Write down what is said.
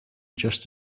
just